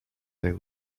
they